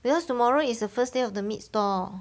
because tomorrow is the first day of the meat store